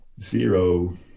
zero